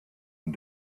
and